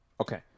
okay